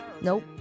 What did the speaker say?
Nope